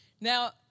now